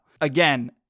Again